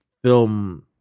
Film